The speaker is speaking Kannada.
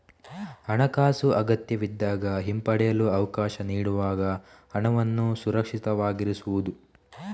ಹಣಾಕಾಸು ಅಗತ್ಯವಿದ್ದಾಗ ಹಿಂಪಡೆಯಲು ಅವಕಾಶ ನೀಡುವಾಗ ಹಣವನ್ನು ಸುರಕ್ಷಿತವಾಗಿರಿಸುವುದು